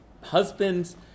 husbands